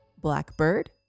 Blackbird